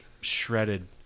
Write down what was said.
shredded